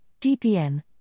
DPN